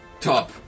Top